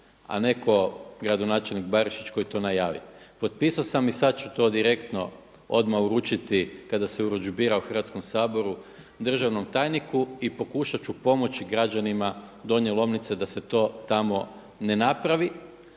a ne kao gradonačelnik Barišić koji to najavi. Potpisao sam i sada ću to direktno odmah uručiti kada se urudžbira u Hrvatskom saboru državnom tajniku i pokušati ću pomoći građanima Donje Lomnice da se to tamo ne napravi